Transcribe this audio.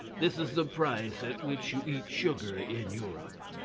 this is the price at which you eat sugar in europe.